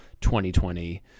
2020